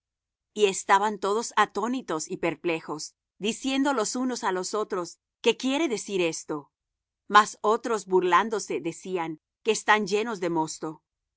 y estaban todos atónitos y perplejos diciendo los unos á los otros qué quiere ser esto mas otros burlándose decían que están llenos de mosto